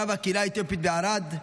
רב הקהילה האתיופית בערד.